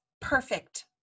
perfect